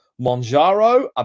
Monjaro